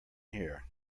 here